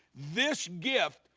this gift,